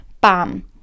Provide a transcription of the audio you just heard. bam